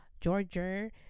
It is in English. Georgia